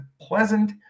pleasant